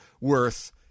worth